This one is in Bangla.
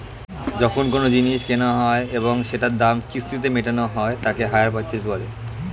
যখন কোনো জিনিস কেনা হয় এবং সেটার দাম কিস্তিতে মেটানো হয় তাকে হাইয়ার পারচেস বলে